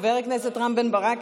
חבר הכנסת רם בן ברק,